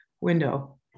window